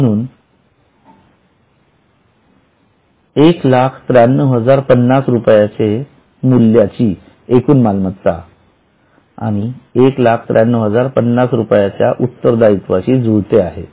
म्हणून १९३०५० रुपये मूल्याची एकूण मालमत्ता १९३०५० रुपयांच्या उत्तरदायित्वाशी जुळते आहे